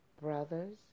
brothers